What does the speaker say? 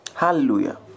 Hallelujah